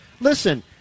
Listen